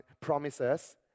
promises